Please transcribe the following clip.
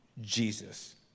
Jesus